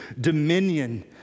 dominion